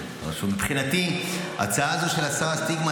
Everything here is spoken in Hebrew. מבחינתי הצעה זו של הסרת סטיגמה,